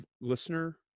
listener